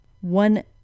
One